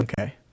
Okay